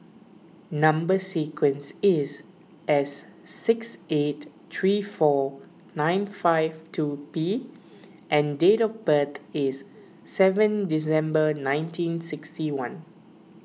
Number Sequence is S six eight three four nine five two P and date of birth is seven December nineteen sixty one